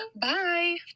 Bye